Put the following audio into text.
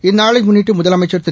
இந்நாளைமுன்னிட்டுமுதலமைச்சர் திரு